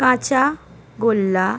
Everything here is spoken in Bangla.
কাঁচাগোল্লা